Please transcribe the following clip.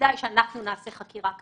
כדאי שאנחנו נעשה חקירה כזאת.